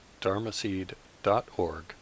dharmaseed.org